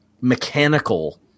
mechanical